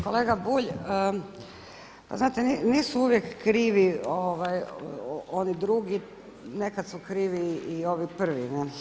Kolega Bulj, pa znate nisu uvijek krivi oni drugi nekad su krivi i ovi prvi.